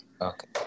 Okay